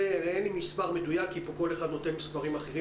אין לי מספר מדויק כי כל אחד פה נותן מספרים אחרים,